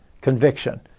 conviction